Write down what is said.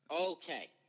Okay